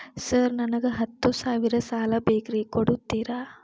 Sir ನನಗ ಹತ್ತು ಸಾವಿರ ಸಾಲ ಬೇಕ್ರಿ ಕೊಡುತ್ತೇರಾ?